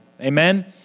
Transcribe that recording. Amen